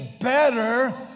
better